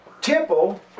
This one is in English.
temple